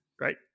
Right